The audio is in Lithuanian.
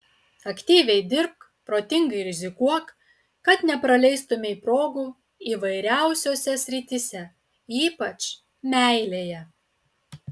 aktyviai dirbk protingai rizikuok kad nepraleistumei progų įvairiausiose srityse ypač meilėje